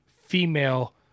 female